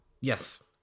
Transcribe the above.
yes